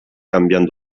canviant